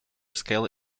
scale